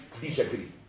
disagree